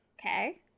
Okay